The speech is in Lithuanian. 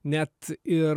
net ir